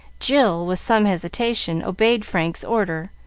jill, with some hesitation, obeyed frank's order.